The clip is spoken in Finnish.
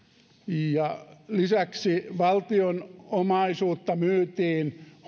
ja lisäksi valtion omaisuutta myytiin